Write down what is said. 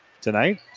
tonight